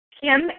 Kim